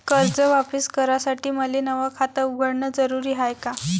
कर्ज वापिस करासाठी मले नव खात उघडन जरुरी हाय का?